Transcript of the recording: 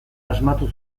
asmatu